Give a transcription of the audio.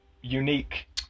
unique